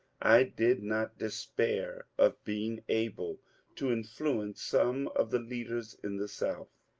i did not despair of being able to in fluence some of the leaders in the south.